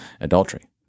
adultery